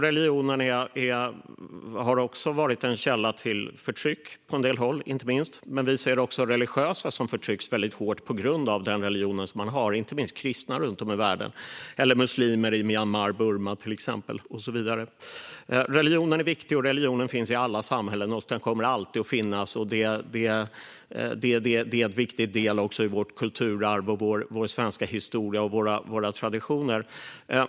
Religion har varit en källa till förtryck på en del håll. Men vi ser också religiösa som förtrycks väldigt hårt på grund av den religion som de har. Det gäller inte minst kristna runt om i världen och muslimer i Myanmar/Burma och så vidare. Religionen är viktig. Religionen finns i alla samhällen, och den kommer alltid att finnas. Den är en viktig del av vårt kulturarv, vår svenska historia och våra traditioner.